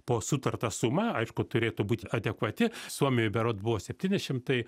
po sutartą sumą aišku turėtų būt adekvati suomijoj berods buvo septyni šimtai